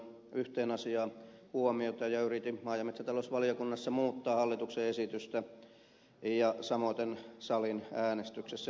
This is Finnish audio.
kiinnitin silloin yhteen asiaan huomiota ja yritin maa ja metsätalousvaliokunnassa muuttaa hallituksen esitystä ja samoiten salin äänestyksessä